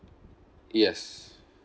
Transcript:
yes